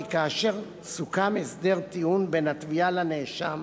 כאשר סוכם הסדר טיעון בין התביעה לנאשם